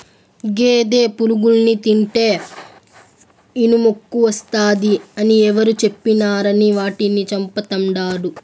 గేదె పురుగుల్ని తింటే ఇనుమెక్కువస్తాది అని ఎవరు చెప్పినారని వాటిని చంపతండాడు